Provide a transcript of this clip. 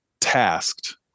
tasked